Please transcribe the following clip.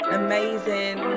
amazing